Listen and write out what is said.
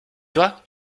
toi